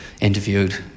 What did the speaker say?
interviewed